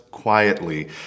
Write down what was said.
quietly